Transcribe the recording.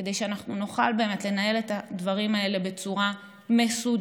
כדי שאנחנו נוכל באמת לנהל את הדברים האלה בצורה מסודרת,